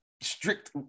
strict